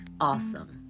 awesome